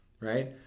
right